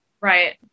Right